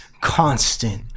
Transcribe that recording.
constant